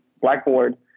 Blackboard